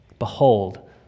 Behold